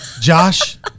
Josh